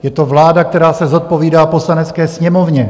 Je to vláda, která se zodpovídá Poslanecké sněmovně.